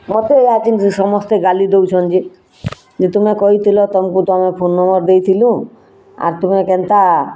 ମତେ ସମସ୍ତେ ଗାଲି ଦଉଁଛନ୍ତି କି ତୁମେ କହିଥିଲ ତମକୁ ତମ ଫୋନ୍ ନମ୍ୱର ଦେଇଥିଲୁ ଆର୍ ତୁମେ କେନ୍ତା